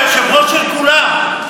אתה היושב-ראש של כולם.